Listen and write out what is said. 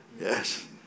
Yes